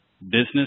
business